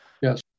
Yes